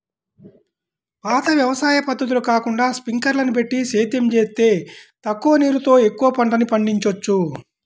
పాత వ్యవసాయ పద్ధతులు కాకుండా స్పింకర్లని బెట్టి సేద్యం జేత్తే తక్కువ నీరుతో ఎక్కువ పంటని పండిచ్చొచ్చు